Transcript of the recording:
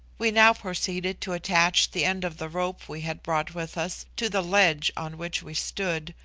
we now proceeded to attach the end of the rope we had brought with us to the ledge on which we stood,